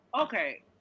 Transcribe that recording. Okay